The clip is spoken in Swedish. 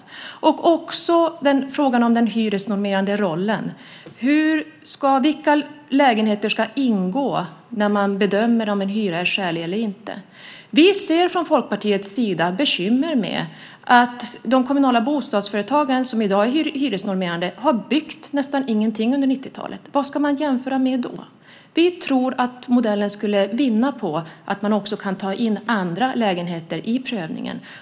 Det gäller också frågan om den hyresnormerande rollen: Vilka lägenheter ska ingå när man bedömer om en hyra är skälig eller inte? Vi ser från Folkpartiets sida bekymmer med att de kommunala bostadsföretagen, som i dag är hyresnormerande, har byggt nästan ingenting under 90-talet. Vad ska man jämföra med då? Vi tror att modellen skulle vinna på att man också tar in andra lägenheter i prövningen.